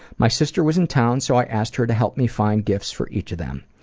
my sister was in town so i asked her to help me find gifts for each of them.